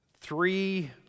three